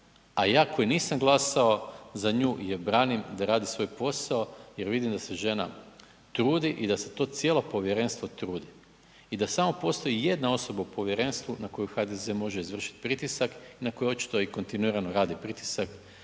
a ja koji nisam glasao za nju je branim da radi svoj posao jer vidim da se žena trudi i da se to cijelo povjerenstvo trudi. I da samo postoji jedna osoba u povjerenstvu na koju HDZ može izvršiti pritisak na kojoj očito i kontinuirano rade pritisak